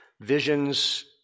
visions